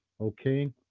Okay